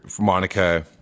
Monica